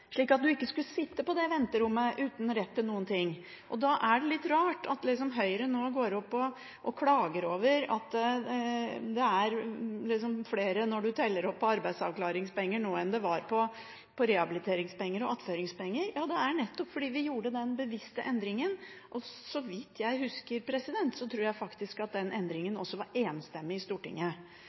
slik at en ikke skulle sitte på det venterommet uten rett til noen ting. Da er det litt rart at Høyre nå går opp og klager over at det er flere på arbeidsavklaringspenger nå enn det var på rehabiliteringspenger og attføringspenger. Ja, det er nettopp fordi vi gjorde den bevisste endringen. Så vidt jeg husker, tror jeg faktisk at den endringen også var enstemmig i Stortinget,